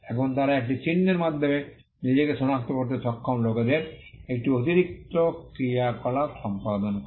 এখন তারা একটি চিহ্নের মাধ্যমে নিজেকে সনাক্ত করতে সক্ষম লোকদের একটি অতিরিক্ত ক্রিয়াকলাপ সম্পাদন করে